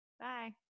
Bye